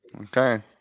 Okay